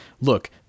look